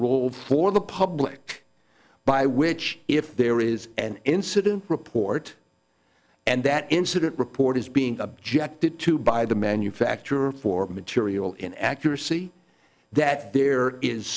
role for the public by which if there is an incident report and that incident report is being objected to by the manufacturer for material in accuracy that there is